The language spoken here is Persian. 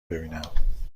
ببینم